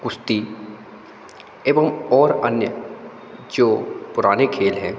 कुश्ती एवं ओर अन्य जो पुराने खेल हैं